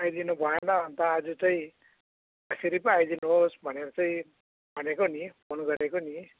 आइदिनु भएन अन्त आज चाहिँ जसरी पनि आइदिनुहोस् भनेर चाहिँ भनेको नि फोन गरेको नि